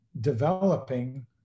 developing